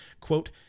Quote